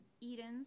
edens